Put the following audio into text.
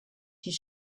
his